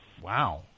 Wow